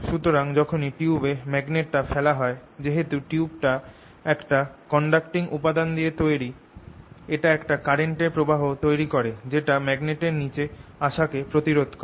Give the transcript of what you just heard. সুতরাং যখনি টিউবে ম্যাগনেটটা ফেলা হয় যেহেতু টিউবটা একটা কন্ডাকটিং উপাদান দিয়ে তৈরি এটা একটা কারেন্ট এর প্রবাহ তৈরি করে যেটা ম্যাগনেটের নিচে আসা কে প্রতিরোধ করে